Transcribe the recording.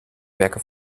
werke